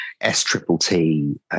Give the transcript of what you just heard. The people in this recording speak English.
S-Triple-T